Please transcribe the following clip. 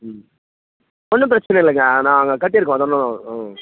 ம் ஒன்றும் பிரச்சனை இல்லைங்க நாங்கள் கட்டிருக்கோம் அது ஒன்றும் ம்